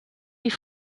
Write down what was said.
die